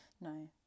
no